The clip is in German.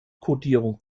kodierung